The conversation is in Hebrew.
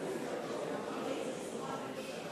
2 בנובמבר 2010 למניינם.